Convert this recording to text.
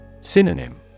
Synonym